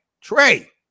Trey